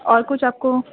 اور کچھ آپ کو